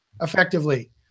Effectively